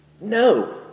No